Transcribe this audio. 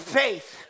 faith